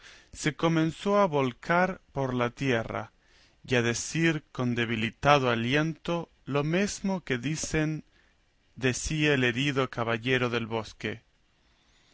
se comenzó a volcar por la tierra y a decir con debilitado aliento lo mesmo que dicen decía el herido caballero del bosque